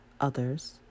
Others